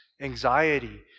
anxiety